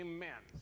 Amen